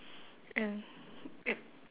and